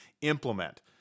implement